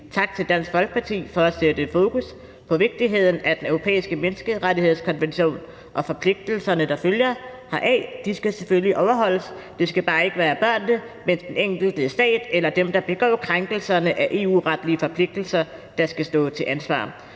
tak til Dansk Folkeparti for at sætte fokus på vigtigheden af Den Europæiske Menneskerettighedskonvention, og forpligtelserne, der følger heraf, skal selvfølgelig overholdes, men det skal bare ikke være børnene, men den enkelte stat eller dem, der begår krænkelserne af EU-retlige forpligtelser, der skal stå til ansvar.